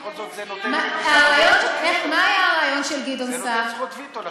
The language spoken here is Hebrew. בכל זאת זה נותן זכות וטו לשופטים,